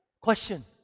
question